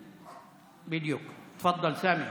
תפדל, סמי.